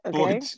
Okay